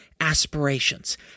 aspirations